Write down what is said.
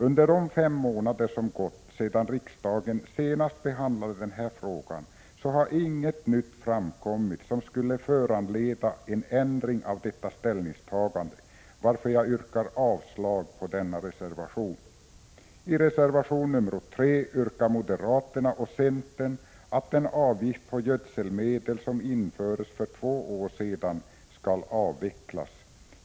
Under de fem månader som gått sedan riksdagen senast behandlade denna fråga har inget nytt framkommit som skulle föranleda en ändring av detta ställningstagande, varför jag yrkar avslag på denna reservation. I reservation nr 3 yrkar moderaterna och centern att den avgift på gödselmedel som infördes för två år sedan skall avvecklas.